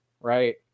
right